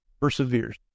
perseveres